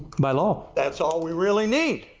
by-law. that's all we really need.